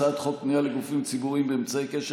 הצעת חוק פנייה לגופים ציבוריים באמצעי קשר